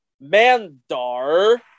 Mandar